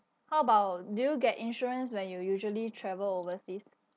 how about do you get insurance when you usually travel overseas